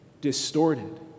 distorted